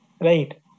Right